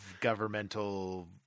governmental